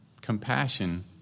compassion